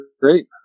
great